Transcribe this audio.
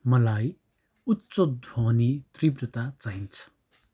मलाई उच्च ध्वनि तीव्रता चाहिन्छ